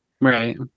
Right